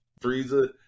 Frieza